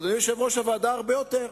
אדוני יושב-ראש הוועדה, הרבה יותר.